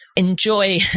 enjoy